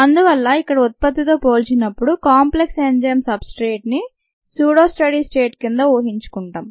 అందువల్ల ఇక్కడ ఉత్పత్తితో పోల్చినప్పుడు కాంప్లెక్స్ ఎంజైమ్ సబ్ స్ట్రేట్ ని స్యూడో స్టడీ స్టేట్ కింద ఊహించుకుంటాం